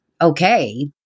okay